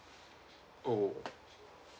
oh